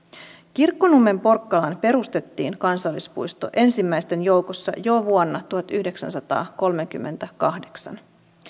kirkkonummen porkkalaan perustettiin kansallispuisto ensimmäisten joukossa jo vuonna tuhatyhdeksänsataakolmekymmentäkahdeksan